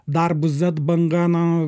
dar bus zet banga na